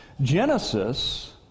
Genesis